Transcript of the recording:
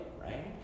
right